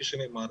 כפי שנאמר.